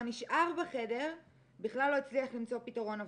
נשאר בחדר בכלל לא הצליח למצוא פתרון עבורי.